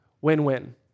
win-win